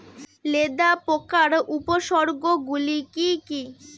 লেদা পোকার উপসর্গগুলি কি কি?